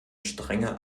strenger